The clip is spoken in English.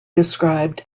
described